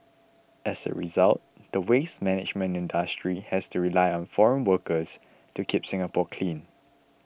as a result the waste management industry has to rely on foreign workers to keep Singapore clean